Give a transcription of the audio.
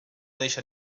deixa